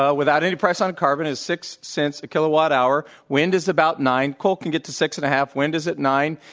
ah without any price on carbon, is six cents a kilowatt hour. wind is about nine. coal can get to six. and five. wind is at nine.